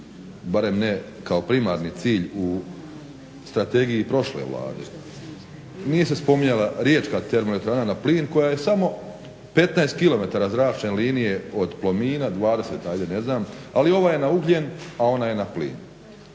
barem ne kao primarni cilj u strategiji prošle Vlade. Nije se spominjala Riječka termoelektrana na plin koja je samo 15 kilometara zračne linije od Plomina, 20 ajde ne znam, ali ova je na ugljen, a ona je na plin.